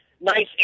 Nice